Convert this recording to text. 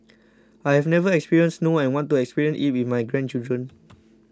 I have never experienced snow and want to experience it with my grandchildren